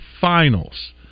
finals